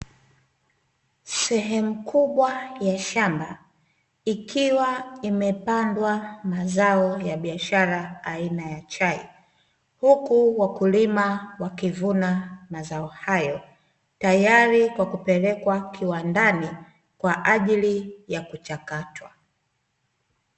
Sehemu kubwa ya shamba, ikiwa imepandwa mazao ya biashara aina ya chai, huku wakulima wakivuna mazao hayo, tayari kwa kupelekwa kiwandani kwa ajili ya kuchakatwa.